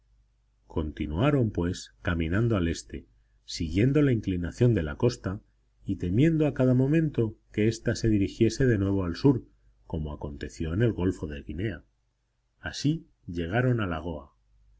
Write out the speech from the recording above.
continuaron pues caminando al este siguiendo la inclinación de la costa y temiendo a cada momento que ésta se dirigiese de nuevo al sur como aconteció en el golfo de guinea así llegaron a lagoa